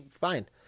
fine